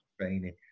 training